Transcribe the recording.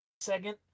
second